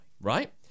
right